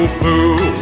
fool